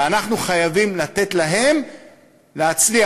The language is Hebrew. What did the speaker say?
ואנחנו חייבים לתת להם להצליח.